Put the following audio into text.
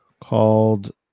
called